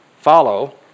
follow